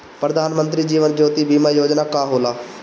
प्रधानमंत्री जीवन ज्योति बीमा योजना का होला?